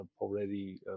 already